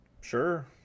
Sure